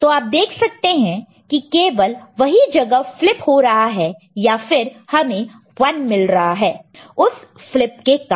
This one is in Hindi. तो आप देख सकते हैं की केवल वही जगह फ्लिप हो रहा है या फिर हमें 1 मिल रहा है उस फ्लिप के कारण